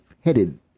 headed